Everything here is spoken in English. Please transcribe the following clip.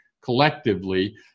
collectively